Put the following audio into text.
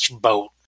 boat